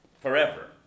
forever